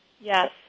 Yes